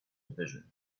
division